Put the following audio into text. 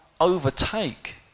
overtake